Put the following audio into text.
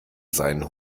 seinen